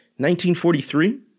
1943